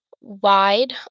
wide